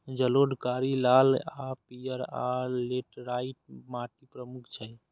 जलोढ़, कारी, लाल आ पीयर, आ लेटराइट माटि प्रमुख छै